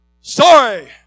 Sorry